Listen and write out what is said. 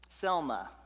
Selma